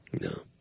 No